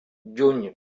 juny